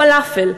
פלאפל.